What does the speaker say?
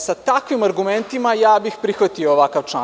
Sa takvim argumentima, ja bih prihvatio ovakav član.